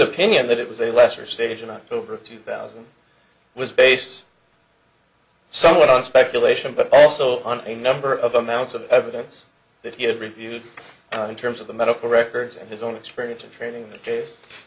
opinion that it was a lesser stage in october of two thousand was based somewhat on speculation but also on a number of amounts of evidence that he had reviewed in terms of the medical records and his own experience in training the case